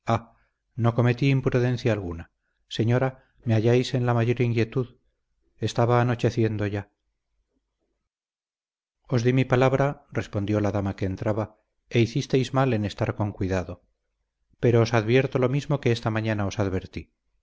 no cometí imprudencia alguna señora me halláis en la mayor inquietud estaba anocheciendo ya os di mi palabra respondió la dama que entraba e hicisteis mal en estar con cuidado pero os advierto lo mismo que esta mañana os advertí